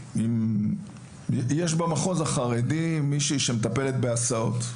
יש במחוז החרדי מישהי שמטפלת בהסעות.